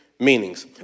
Meanings